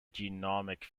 genomic